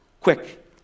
Quick